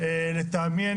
הן הזדמנות, לטעמי,